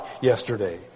yesterday